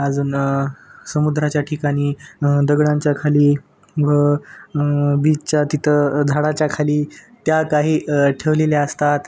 अजून समुद्राच्या ठिकाणी दगडांच्या खाली व बीचच्या तिथं झाडाच्या खाली त्या काही ठेवलेल्या असतात